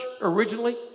originally